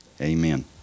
Amen